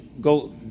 go